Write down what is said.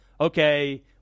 okay